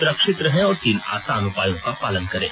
सुरक्षित रहें और तीन आसान उपायों का पालन करें